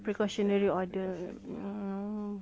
precautionary order at mm